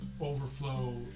overflow